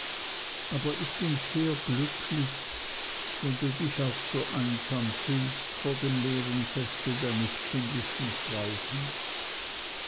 aber ich bin sehr glücklich wenn du dich auch so einsam fühlst vor dem leeren sessel deines kindischen frauchens